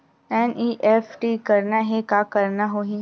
NEFT करना हे का करना होही?